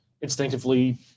instinctively